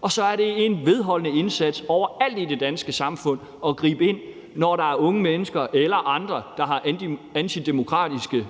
og så er det en vedholdende indsats overalt i det danske samfund at gribe ind, når der er unge mennesker eller andre, der har antidemokratiske